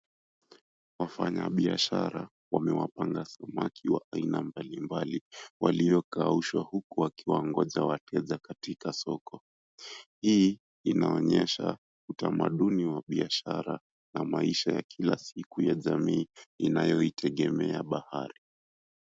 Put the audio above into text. Wafanyabiashara wamewapanga samaki wa aina mbali mbali waliokaushwa huku wakiwangoja wateja katika soko. Hii inaonyesha utamaduni wa biashara na maisha ya kila siku ya jamii inayoitegemea bahari.